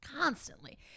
constantly